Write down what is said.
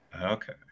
okay